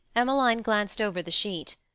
emmeline glanced over the sheet.